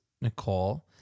Nicole